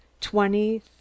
twenty